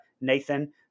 Nathan